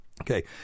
okay